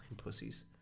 pussies